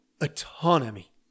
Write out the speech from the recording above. autonomy